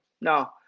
no